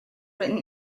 written